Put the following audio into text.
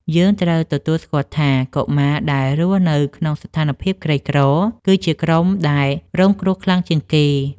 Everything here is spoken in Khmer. យើងត្រូវទទួលស្គាល់ថា កុមារដែលរស់នៅក្នុងស្ថានភាពក្រីក្រ គឺជាក្រុមដែលរងគ្រោះខ្លាំងជាងគេ។